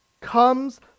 comes